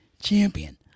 champion